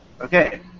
Okay